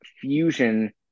fusion